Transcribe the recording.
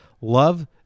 love